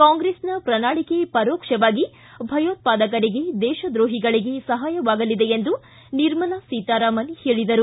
ಕಾಂಗ್ರೆಸನ ಪ್ರಣಾಳಿಕೆ ಪರೋಕ್ಷವಾಗಿ ಭಯೋತ್ಪಾದಕರಿಗೆ ದೇಶದ್ರೋಹಿಗಳಿಗೆ ಸಹಾಯವಾಗಲಿದೆ ಎಂದು ನಿರ್ಮಲಾ ಸೀತಾರಾಮನ್ ಹೇಳಿದರು